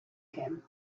him